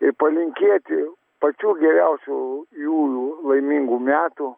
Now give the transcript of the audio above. ir palinkėti pačių geriausių jų nu laimingų metų